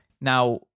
Now